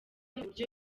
mubwira